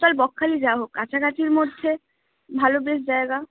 চল বকখালি যাওয়া হোক কাছাকাছির মধ্যে ভালো বেশ জায়গা